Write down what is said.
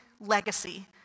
legacy